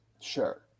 Sure